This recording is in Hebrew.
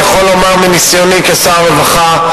אני יכול לומר מניסיוני כשר הרווחה,